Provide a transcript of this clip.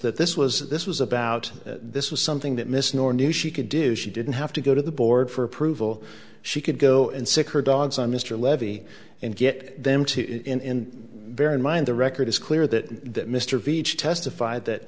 that this was this was about this was something that miss nora knew she could do she didn't have to go to the board for approval she could go and seek her dogs on mr levy and get them to in bear in mind the record is clear that that mr veatch testified that